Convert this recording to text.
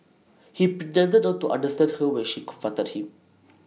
he pretended not to understand her when she confronted him